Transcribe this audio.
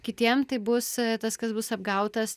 kitiems tai bus tas kas bus apgautas